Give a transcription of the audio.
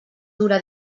dura